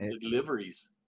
deliveries